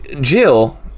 Jill